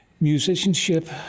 Musicianship